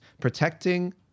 protecting